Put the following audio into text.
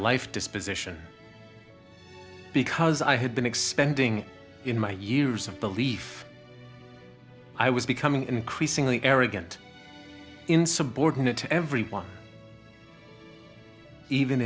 life disposition because i had been expanding in my years of belief i was becoming increasingly arrogant insubordinate to everyone even